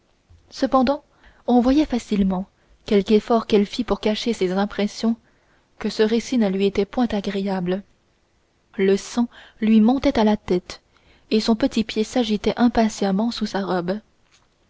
cependant on voyait facilement quelque effort qu'elle fît pour cacher ses impressions que ce récit ne lui était point agréable le sang lui montait à la tête et son petit pied s'agitait impatiemment sous sa robe